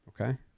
Okay